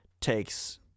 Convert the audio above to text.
takes